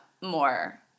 more